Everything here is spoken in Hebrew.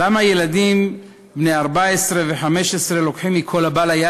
למה ילדים בני 14 ו-15 לוקחים מכל הבא ליד,